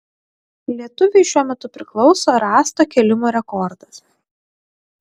lietuviui šiuo metu priklauso rąsto kėlimo rekordas